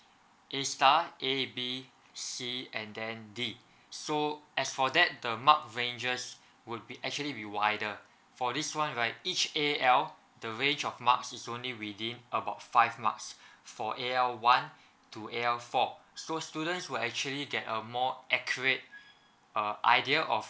A star A B C and then D so as for that the mark ranges would be actually be wider for this one right each A_L the range of marks is only within about five marks for A_L one to A_L four so students will actually get a more accurate uh idea of